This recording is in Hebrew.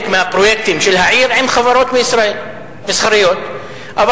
מהפרויקטים של העיר עם חברות מסחריות מישראל,